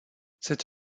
cette